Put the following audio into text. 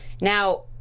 now